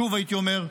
שוב הייתי אומר,